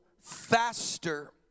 faster